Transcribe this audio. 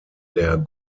der